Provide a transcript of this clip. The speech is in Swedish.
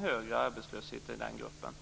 högre i den gruppen.